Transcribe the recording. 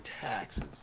taxes